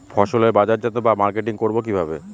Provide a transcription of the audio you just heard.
ফসলের বাজারজাত বা মার্কেটিং করব কিভাবে?